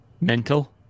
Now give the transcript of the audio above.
mental